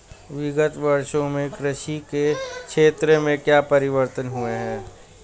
विगत वर्षों में कृषि के क्षेत्र में क्या परिवर्तन हुए हैं?